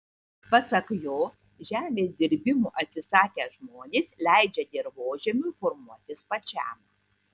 pasak jo žemės dirbimo atsisakę žmonės leidžia dirvožemiui formuotis pačiam